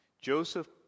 Joseph